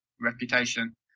reputation